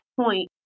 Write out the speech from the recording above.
point